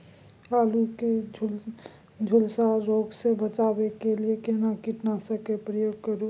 आलू के झुलसा रोग से बचाबै के लिए केना कीटनासक के प्रयोग करू